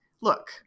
look